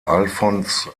alfons